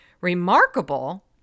Remarkable